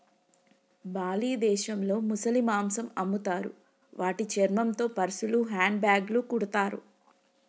Bali దేశంలో ముసలి మాంసం అమ్ముతారు వాటి చర్మంతో పర్సులు, హ్యాండ్ బ్యాగ్లు కుడతారు